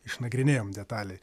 išnagrinėjom detaliai